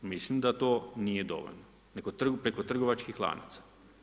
Mislim da to nije dovoljno, nego preko trgovačkih lanaca.